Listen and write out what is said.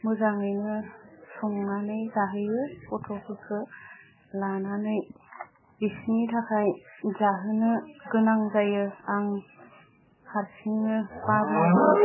मोजाङैनो संनानै जाहोयो गथ'फोरखौ लानानै बिसोरनि थाखाय जाहोनो गोनां जायो आं हारसिंनो बायोब्लाबो